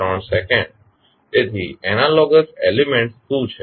તેથી analogous elements શું છે